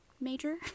major